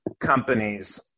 companies